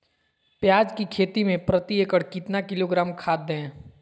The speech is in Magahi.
प्याज की खेती में प्रति एकड़ कितना किलोग्राम खाद दे?